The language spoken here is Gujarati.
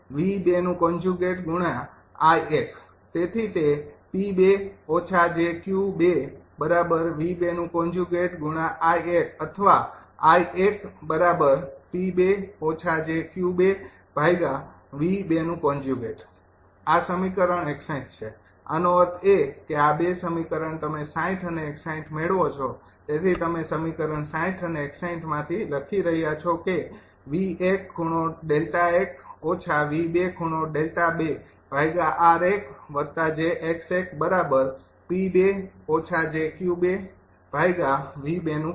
તેથી તે અથવા છે આ સમીકરણ ૬૧ છે આનો અર્થ એ કે આ બે સમીકરણ તમે ૬૦ અને ૬૧ મેળવો છો તેથી તમે સમીકરણ ૬૦ અને ૬૧ માંથી લખી રહ્યા છો કે